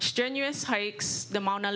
strenuous hikes them on a